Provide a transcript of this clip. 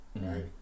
right